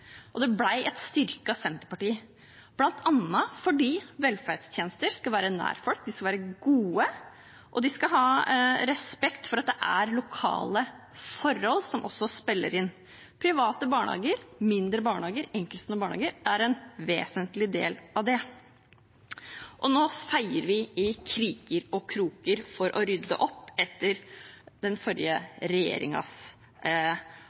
et styrket senterparti, bl.a. fordi velferdstjenester skal være nær folk, de skal være gode, og de skal ha respekt for at det er lokale forhold som også spiller inn. Private barnehager, mindre barnehager, enkeltstående barnehager er en vesentlig del av det. Nå feier vi i kriker og kroker for å rydde opp etter den